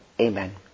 Amen